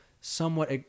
somewhat